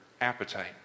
appetite